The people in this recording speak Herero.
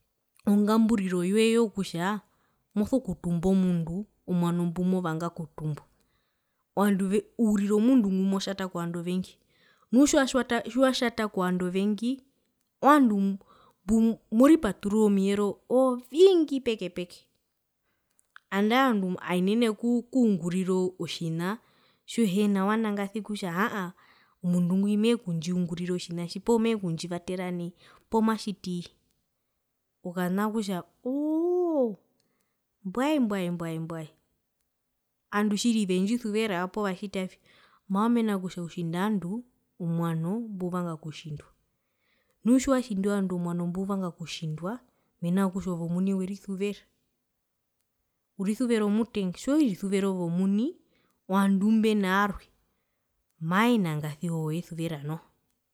Ongamburiroyoye oyokutja moso kutumba omundu omwano mbumovanga okutumbwa ovandu ve urira omundu ngumotjata kovandu ovengi nu watjatwa tjiwatjata kovandu ovengi owandu mbu moripaturura omiyero mingi peke peke andae omundu aenene okungurira otjina tjihina wanangarasi kutja aahaa omundu ngwi meekundjiungurira otjina tji poo meekutjivatera nai poo matjiti okana okutja oohoo mbwae mbwae mbwae mbwae andu tjiri vendjisuvera poo vatjitavi mara omena kutja utjinda ovandu owano mbuvanga okutjindwa nu tjiwatjindi ovandu owano mbuvanga okutjindwa mena rokutja ove omuni werisuvera urisuvera omutenga tjiwerisuvere ove omuni ovandu mbena arwe mavenangasi wevesuvera noho.